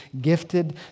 gifted